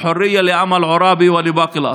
(חוזר על המשפט בערבית.)